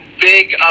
big